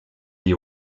die